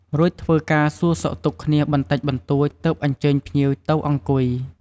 រួចធ្វើការសួរសុខទុក្ខគ្នាបន្តិចបន្តួចទើបអញ្ជើញភ្លៀវទៅអង្គុយ។